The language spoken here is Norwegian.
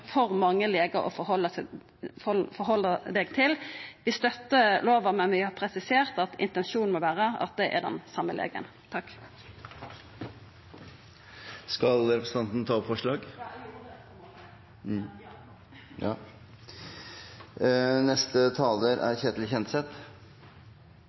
for mange legar å halda seg til. Vi støttar lova, men vi har presisert at intensjonen må vera at det er den same legen. Representanten Kjersti Toppe har tatt opp det forslaget hun refererte til. For en som blir alvorlig syk, er